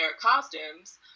costumes